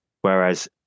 Whereas